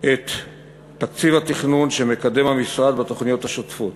את תקציב התכנון שהמשרד מקדם בתוכניות השוטפות.